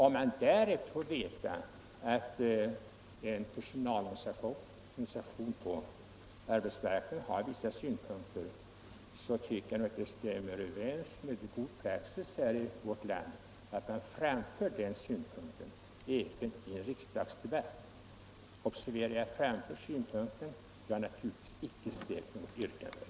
Om man därefter får veta att en personalorganisation har vissa synpunkter i frågan tycker jag att det stämmer överens med god praxis i vårt land att man framför de synpunkterna i en riksdagsdebatt. Observera att jag framför synpunkter, jag har naturligtvis inte framställt något yrkande.